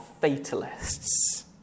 fatalists